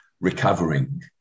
recovering